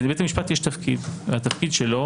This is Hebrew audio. לבית המשפט יש תפקיד והתפקיד שלו,